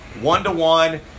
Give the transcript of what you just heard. one-to-one